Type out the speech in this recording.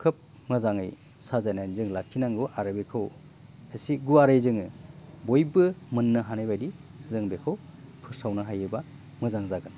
खोब मोजाङै साजायनानै जों लाखिनांगौ आरो बेखौ एसे गुवारै जोङो बयबो मोननो हानायबायदि जों बेखौ फोसावनो हायोबा मोजां जागोन